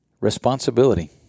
Responsibility